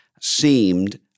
seemed